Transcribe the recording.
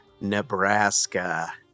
Nebraska